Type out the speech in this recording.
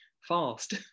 fast